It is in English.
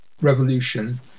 revolution